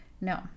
no